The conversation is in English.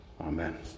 amen